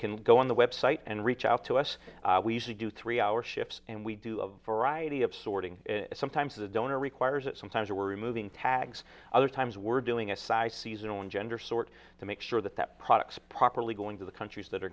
can go on the website and reach out to us we usually do three hour shifts and we do a variety of sorting sometimes the donor requires that sometimes we're removing tags other times we're doing a cy season on gender sort to make sure that that products properly go into the countries that are